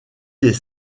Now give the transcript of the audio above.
des